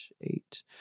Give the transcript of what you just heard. Eight